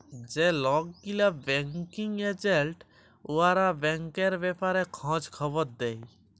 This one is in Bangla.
যে লক গিলা ব্যাংকিং এজেল্ট উয়ারা ব্যাংকের ব্যাপারে খঁজ খবর দেই